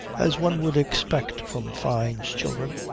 as one would expect from fyne's children,